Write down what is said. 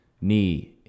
knee